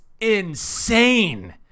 insane